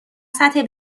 سطح